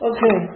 Okay